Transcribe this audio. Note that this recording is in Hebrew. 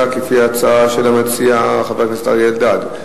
לפי ההצעה של המציע חבר הכנסת אריה אלדד,